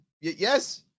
Yes